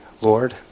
Lord